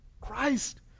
Christ